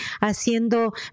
haciendo